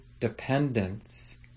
dependence